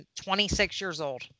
26-years-old